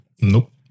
Nope